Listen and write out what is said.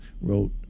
wrote